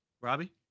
Robbie